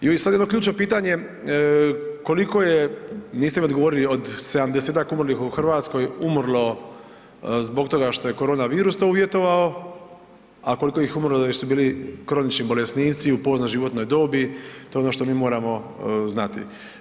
I ovdje sad jedno ključno pitanje, koliko je, niste mi odgovorili, od 70-tak umrlih u Hrvatskoj, umrlo zbog toga što je koronavirus to uvjetovao, a koliko ih je umrlo jer su bili kronični bolesnici u poznoj životnoj dobi, to je ono što mi moramo znati.